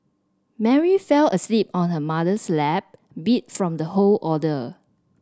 Mary fell asleep on her mother's lap beat from the whole order